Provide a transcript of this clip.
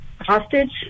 hostage